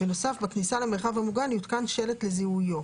בנוסף, בכניסה למרחב המוגן יותקן שלט לזיהויו.